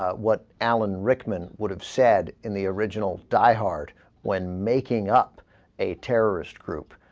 ah what alan rickman would have said in the original diehard when making up a terrorist group